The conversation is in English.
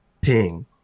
ping